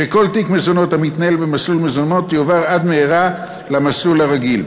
שכל תיק מזונות המתנהל במסלול מזונות יועבר עד מהרה למסלול הרגיל.